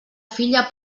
filla